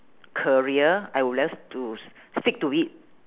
career I would love to stick to it